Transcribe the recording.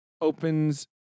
opens